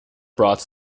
brought